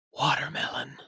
watermelon